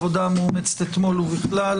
מכובדיי, תודה על העבודה המאומצת אתמול, ובכלל.